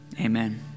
amen